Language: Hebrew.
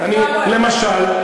למשל.